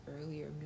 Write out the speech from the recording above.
earlier